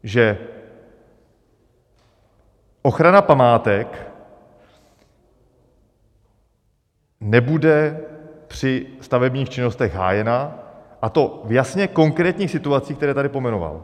Že ochrana památek nebude při stavebních činnostech hájena, a to v jasně konkrétních situacích, které tady pojmenoval?